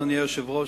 אדוני היושב-ראש,